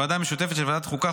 בוועדה המשותפת של ועדת חוקה,